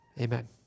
Amen